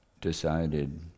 decided